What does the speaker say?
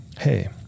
Hey